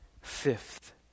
Fifth